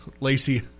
Lacey